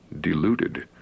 deluded